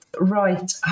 Right